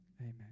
amen